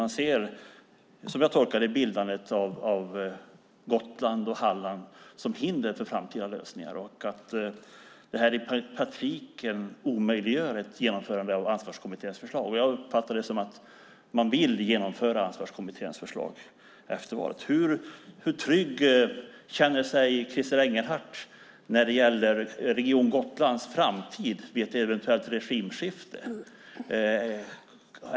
Man ser, som jag tolkar det, bildandet av Gotland och Halland som hinder för framtida lösningar. Det omöjliggör i praktiken ett genomförande av Ansvarskommitténs förslag. Jag uppfattar det som att man vill genomföra Ansvarskommitténs förslag efter valet. Hur trygg känner sig Christer Engelhardt när det gäller Region Gotland vid ett eventuellt regimskifte?